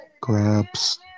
grabs